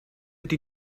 ydy